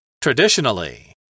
Traditionally